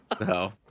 No